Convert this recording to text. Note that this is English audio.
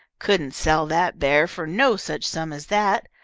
couldn't sell that bear for no such sum as that.